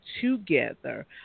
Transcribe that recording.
together